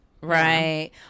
Right